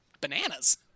bananas